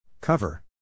Cover